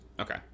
Okay